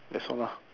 that's all lah